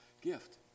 gift